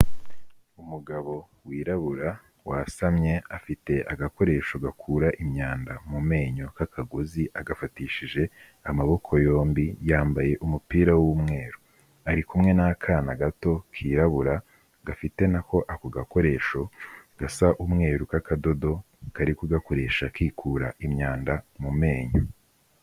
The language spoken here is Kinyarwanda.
Umugabo wirabura wasamye afite agakoresho gakura imyanda mu menyo k'akagozi, agafatishije amaboko yombi, yambaye umupira w'umweru, ari kumwe n'akana gato kirabura, gafite nako ako gakoresho gasa umweru k'akadodo, kari kugakoresha kikura imyanda mu menyo.